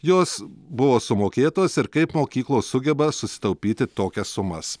jos buvo sumokėtos ir kaip mokyklos sugeba susitaupyti tokias sumas